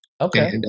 Okay